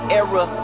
era